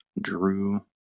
Drew